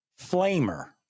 flamer